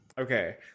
Okay